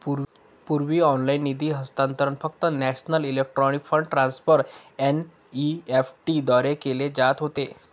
पूर्वी ऑनलाइन निधी हस्तांतरण फक्त national electronic fund transfer NEFT द्वारे केले जात होते